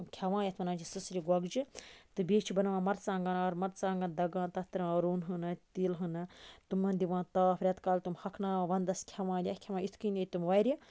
کھیٚوان یتھ وَنان چھِ سٕسرِ گۄگجہِ تہٕ بیٚیہِ چھِ بَناوان مَرژٕوانٛگَن آرٕ مَرژٕوانٛگَن دَگان تَتھ تراوان رُہَن ہنا تیٖل ہٕنا تِمَن دِوان تاپھ ریٚتکالہِ تِم ہۄکھناوان وَندَس کھیٚوان یا کھیٚوان یِتھ کَنی تِم واریاہ